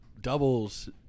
doubles